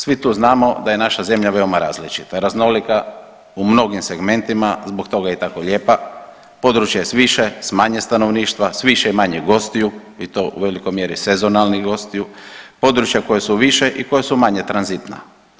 Svi tu znamo da je naša zemlja veoma različita, raznolika u mnogim segmentima zbog toga je i tako lijepa, područje s više, s manje stanovništva, s više i manje gostiju i to u velikoj mjeri sezonalnih gostiju, područja koja su više i koja su manje tranzitna.